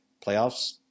Playoffs